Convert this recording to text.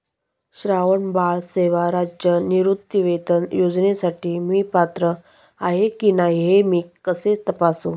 श्रावणबाळ सेवा राज्य निवृत्तीवेतन योजनेसाठी मी पात्र आहे की नाही हे मी कसे तपासू?